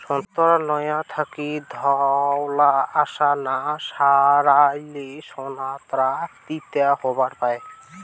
সোন্তোরার নোয়া থাকি ধওলা আশ না সারাইলে সোন্তোরা তিতা হবার পায়